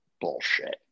bullshit